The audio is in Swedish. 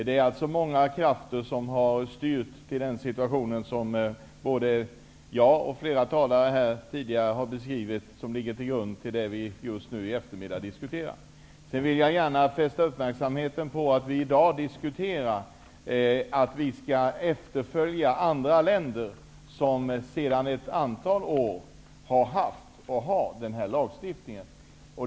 Det är alltså många krafter som har styrt utvecklingen mot den situation som jag och flera andra talare här har beskrivit och som ligger till grund för den diskussion som vi för just nu på eftermiddagen. Sedan vill jag gärna fästa uppmärksamheten på det faktum att vi i dag diskuterar detta med att vi skall följa efter andra länder som har haft eller som sedan ett antal år har en sådan här lagstiftning.